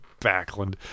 Backlund